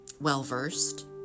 well-versed